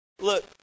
Look